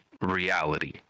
reality